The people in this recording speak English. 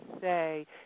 say